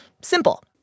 Simple